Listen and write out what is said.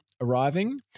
arriving